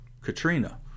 Katrina